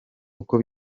uko